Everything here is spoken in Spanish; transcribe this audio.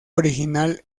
original